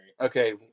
Okay